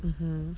mmhmm